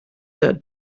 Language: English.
that